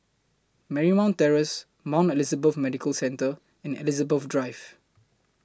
Marymount Terrace Mount Elizabeth Medical Centre and Elizabeth Drive